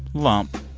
lump.